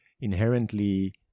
inherently